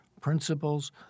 principles